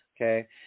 Okay